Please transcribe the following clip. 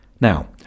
Now